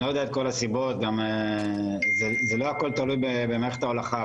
גם לא הכל תלוי במערכת ההולכה.